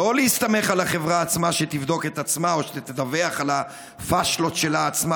לא להסתמך על החברה עצמה שתבדוק את עצמה או שתדווח על הפשלות שלה עצמה,